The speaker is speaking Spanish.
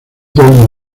del